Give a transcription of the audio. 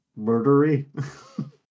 murdery